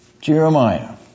Jeremiah